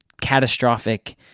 catastrophic